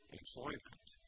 employment